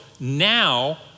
now